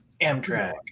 Amtrak